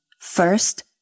First